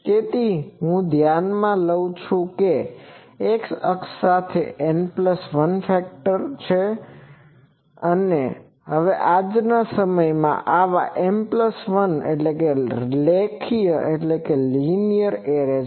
તેથી હું ધ્યાનમાં લવ છું કે X અક્ષ સાથે N1 ફેક્ટરfactorઘટકની જેમ હવે આજના સમયમાં આવા M1 રેખીય એરે છે